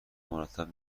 مرتب